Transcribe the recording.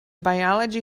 biology